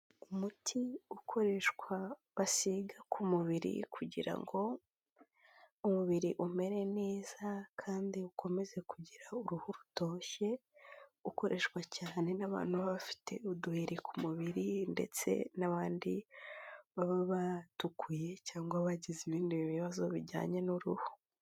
Umuti ukoreshwa basiga ku mubiri, kugira ngo umubiri umere neza, kandi ukomeze kugira uruhu rutoshye, ukoreshwa cyane n'abantu baba bafite uduheri ku mubiri, ndetse n'abandi baba batukuye, cyangwa bagize ibindi bibazo, bijyanye n'uruhu.